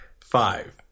Five